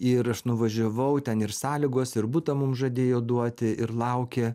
ir aš nuvažiavau ten ir sąlygos ir butą mum žadėjo duoti ir laukė